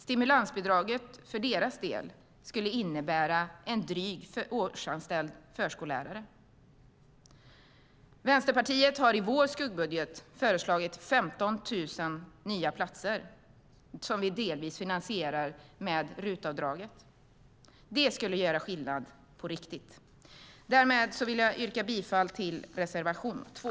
Stimulansbidraget skulle för deras del innebära drygt en årsanställd förskollärare. Vi i Vänsterpartiet har i vår skuggbudget föreslagit 15 000 nya platser som vi delvis finansierar med RUT-avdraget. Det skulle göra skillnad på riktigt. Därmed vill jag yrka bifall till reservation 2.